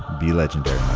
be legendary.